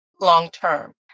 long-term